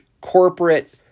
corporate